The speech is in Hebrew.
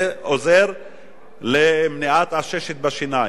זה עוזר למניעת עששת בשיניים?